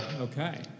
Okay